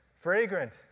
Fragrant